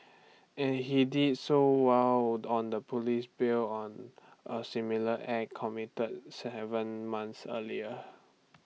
and he did so while on the Police bail on A similar act committed Seven months earlier